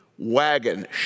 Wagon